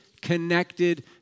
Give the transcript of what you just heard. connected